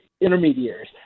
intermediaries